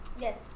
Yes